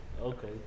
okay